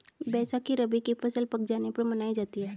बैसाखी रबी की फ़सल पक जाने पर मनायी जाती है